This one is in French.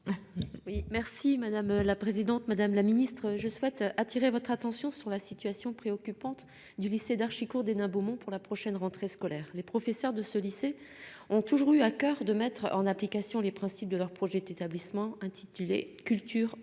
merci madame la présidente, madame la ministre je souhaite attirer votre attention sur la situation préoccupante du lycée d'Darchy cours d'Hénin-Beaumont pour la prochaine rentrée scolaire, les professeurs de ce lycée ont toujours eu à coeur de mettre en application les principes de leur projet établissement intitulé Culture ambitions